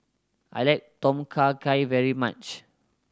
I like Tom Kha Gai very much